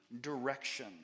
direction